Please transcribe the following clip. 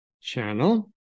channel